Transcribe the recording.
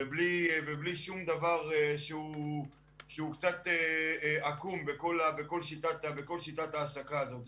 ובלי שום דבר שהוא קצת עקום בכל שיטת ההעסקה הזאת.